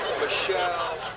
Michelle